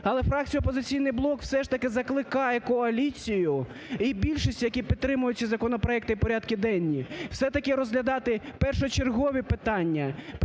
Але фракція "Опозиційний блок" все ж таки закликає коаліцію і більшість, які підтримують ці законопроекти і порядки денні, все-таки розглядати першочергові питання.